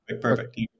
perfect